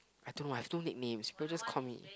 I don't know I have two nicknames people just call me